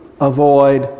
avoid